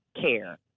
care